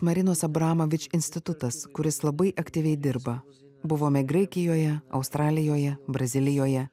marinos abramovič institutas kuris labai aktyviai dirba buvome graikijoje australijoje brazilijoje